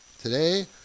today